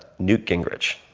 newt gingrich.